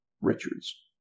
Richards